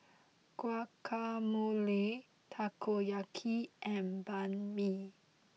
Guacamole Takoyaki and Banh Mi